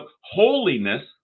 holiness